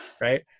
right